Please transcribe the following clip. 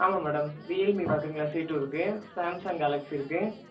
ஆமாம் madam Realme பார்க்குறீங்ளா சிடூருக்கு சாம்சங் கேலக்சி இருக்கு